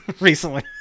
recently